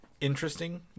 interesting